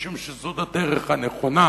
משום שזאת הדרך הנכונה